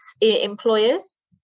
employers